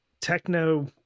techno